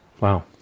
Wow